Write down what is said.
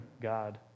God